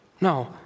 No